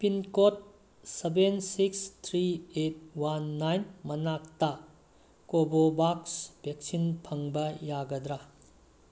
pin code seven six three eight one nine ꯃꯅꯥꯛꯇ ꯀꯣꯕꯣꯕꯥꯛꯁ vaccine ꯐꯪꯕ ꯌꯥꯒꯗ꯭ꯔꯥ